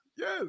Yes